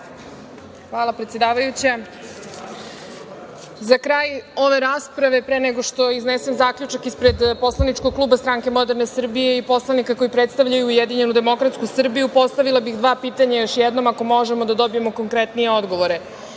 Macura** Zahvaljujem.Za kraj ove rasprave, pre nego što iznesem zaključak ispred poslaničkog kluba stranke SMS i poslanika koji predstavljaju ujedinjenu demokratsku Srbiju, postavila bih dva pitanja još jednom, ako možemo da dobijemo konkretnije odgovore.